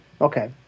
okay